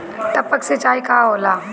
टपक सिंचाई का होला?